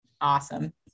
Awesome